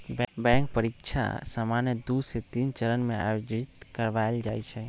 bank परीकछा सामान्य दू से तीन चरण में आयोजित करबायल जाइ छइ